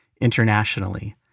internationally